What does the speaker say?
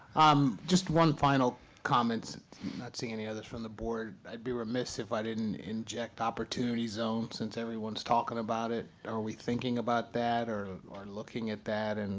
um just one final comment i'm not seeing any others from the board. i'd be remiss if i didn't inject opportunity zone, since everyone's talking about it. are we thinking about that or or looking at that? and